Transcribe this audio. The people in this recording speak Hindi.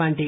बांटे